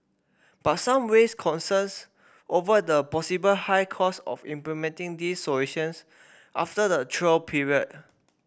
but some raised concerns over the possible high cost of implementing these solutions after the trial period